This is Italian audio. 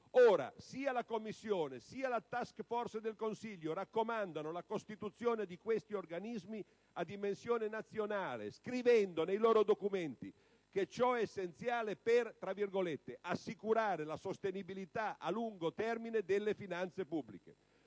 Ora, sia la Commissione sia la *task force* del Consiglio raccomandano la costituzione di questi organismi a dimensione nazionale, scrivendo nei loro documenti che ciò è essenziale per «assicurare la sostenibilità a lungo termine delle finanze pubbliche».